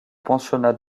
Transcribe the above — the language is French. pensionnat